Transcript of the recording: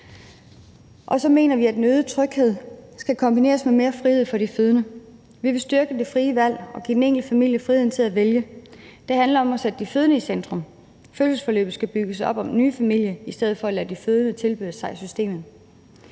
Vi mener også, at den øgede tryghed skal kombineres med mere frihed for de fødende. Vi vil styrke det frie valg og give den enkelte familie friheden til at vælge. Det handler om at sætte de fødende i centrum. Fødselsforløbet skal bygges op om den nye familie i stedet for at lade de fødende tilpasse sig systemet.